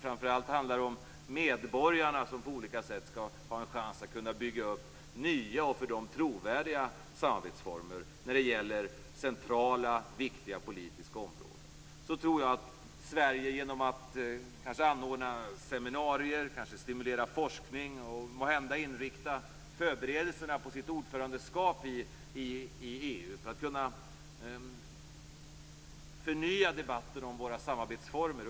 Framför allt handlar det om medborgarna, som skall ha en chans att på olika sätt bygga upp nya för dem trovärdiga samarbetsformer på centrala och viktiga politiska områden. Jag tror att Sverige genom att anordna seminarier och stimulera forskning och måhända genom inriktningen av förberedelserna för sitt ordförandeskap i EU skall kunna förnya debatten om samarbetsformerna.